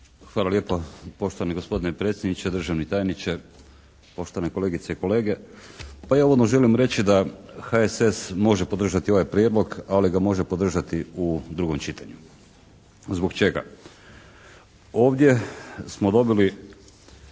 Hvala lijepo. Poštovani gospodine predsjedniče, državni tajniče, poštovane kolegice i kolege. Pa ja uvodno želim reći da HSS može podržati ovaj prijedlog, ali ga može podržati u drugom čitanju. Zbog čega? Ovdje smo dobili